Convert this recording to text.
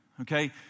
Okay